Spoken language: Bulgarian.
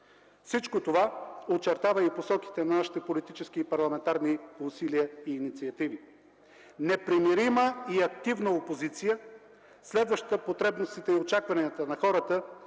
Всичко това очертава и посоките на нашите политически и парламентарни усилия и инициативи. Непримирима и активна опозиция, следваща потребностите и очакванията на хората